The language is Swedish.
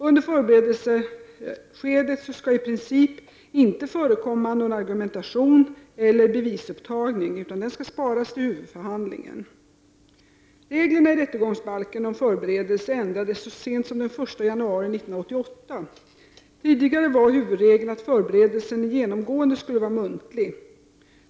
Under förberedelseskedet skall det i princip inte förekomma någon argumentation eller bevisupptagning, utan den skall sparas till huvudförhandlingen. Reglerna i rättegångsbalken om förberedelse ändrades så sent som den 1 januari 1988. Tidigare var huvudregeln att förberedelsen genomgående skulle vara muntlig.